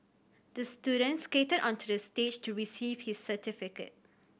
the student skated onto the stage to receive his certificate